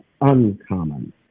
uncommon